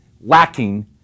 lacking